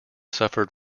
suffered